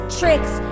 tricks